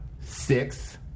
six